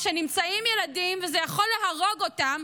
כשנמצאים שם ילדים וזה יכול להרוג אותם,